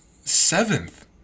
seventh